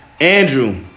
Andrew